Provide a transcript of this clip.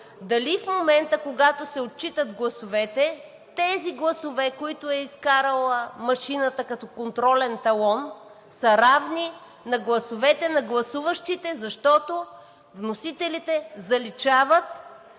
дали в момента, когато се отчитат гласовете, тези гласове, които е изкарала машината като контролен талон, са равни на гласовете на гласуващите, защото вносителите заличават